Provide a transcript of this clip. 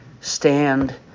stand